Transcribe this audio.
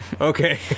Okay